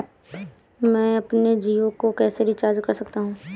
मैं अपने जियो को कैसे रिचार्ज कर सकता हूँ?